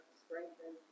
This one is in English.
strengthen